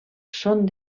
són